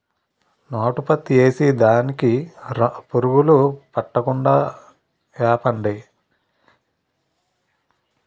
నాటు పత్తి ఏసి దానికి పురుగు పట్టకుండా ఏపపిండి సళ్ళినాను గాని సుకం లేదు